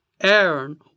Aaron